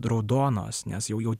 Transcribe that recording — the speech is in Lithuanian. raudonos nes jau jau